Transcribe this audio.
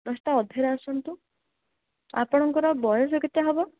ଦଶଟା ଅଧେରେ ଆସନ୍ତୁ ଆପଣଙ୍କର ବୟସ କେତେ ହେବ